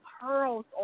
pearls